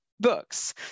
Books